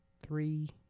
three